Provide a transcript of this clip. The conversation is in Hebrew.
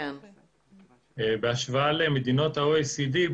בהשוואה למדינות ה-OECD,